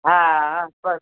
હા બસ